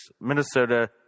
Minnesota